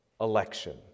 election